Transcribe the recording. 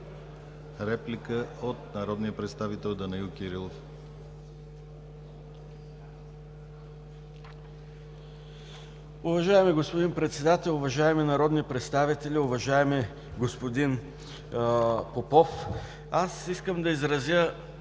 Реплика от народния представител Данаил Кирилов.